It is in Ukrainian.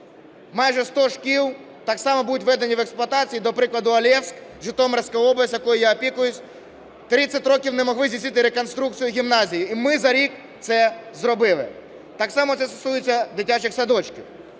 майже 100 шкіл так само будуть введені в експлуатацію і, до прикладу Олевськ, Житомирська область, якою я опікуюсь, 30 років не могли здійснити реконструкцію гімназії і ми за рік це зробили. Так само це стосується дитячих садочків.